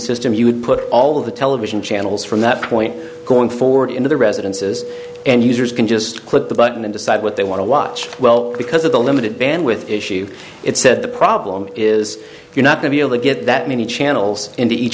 system you would put all the television channels from that point going forward into the residences and users can just click the button and decide what they want to watch well because of the limited bandwidth issue it said the problem is you're not going to get that many channels into each